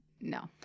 No